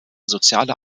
soziale